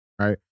Right